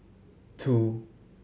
two